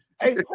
Hey